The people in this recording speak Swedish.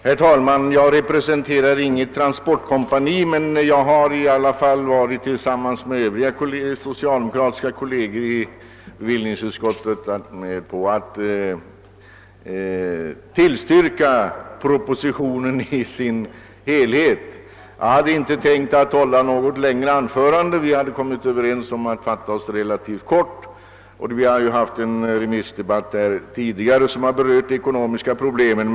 Herr talman! Jag representerar inget transportkompani, men jag har i alla fall tillsammans med övriga socialdemokratiska kolleger i bevillningsutskottet varit med om att tillstyrka propositionen i dess helhet. Jag hade inte tänkt att hålla något längre anförande. Vi hade kommit överens om att fatta oss relativt kort. Vi har ju här haft en remissdebatt som har berört de ekonomiska problemen.